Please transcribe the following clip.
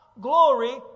Glory